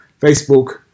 Facebook